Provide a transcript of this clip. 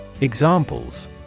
Examples